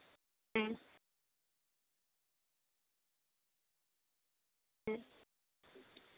ᱦᱮᱸ ᱦᱮᱸ